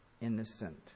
innocent